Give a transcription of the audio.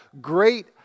great